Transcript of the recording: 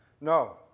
No